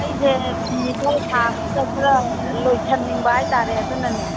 ꯑꯩꯁꯦ ꯐꯤ ꯈꯔ ꯁꯥꯕꯗꯨꯗ ꯈꯔ ꯂꯣꯏꯁꯤꯟꯅꯤꯡꯕ ꯍꯥꯏꯇꯥꯔꯦ ꯑꯗꯨꯅꯅꯦ